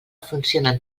funcionen